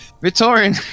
Victorian